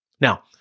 Now